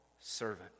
servant